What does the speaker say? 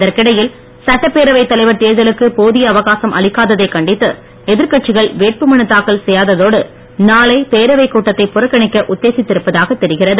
இதற்கிடையில் சட்டப்பேரவை தலைவர் தேர்தலுக்கு போதிய அவகாசம் அளிக்காததை கண்டித்து எதிர்கட்சிகள் வேட்புமனு தாக்கல் செய்யாததோடு நாளை பேரவை கூட்டத்தை புறக்கணிக்க உத்தேசித்திருப்பதாக தெரிகிறது